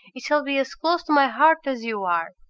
he shall be as close to my heart as you are.